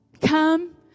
Come